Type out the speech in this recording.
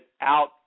out